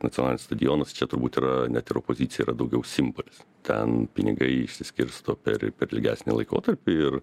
nacionalinis stadionas čia turbūt yra net ir opozicija yra daugiau simbolis ten pinigai išsiskirsto per per ilgesnį laikotarpį ir